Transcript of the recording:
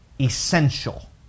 essential